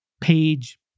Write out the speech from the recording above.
page